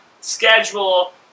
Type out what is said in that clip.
schedule